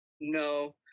no